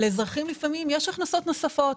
לאזרחים לפעמים יש הכנסות נוספות,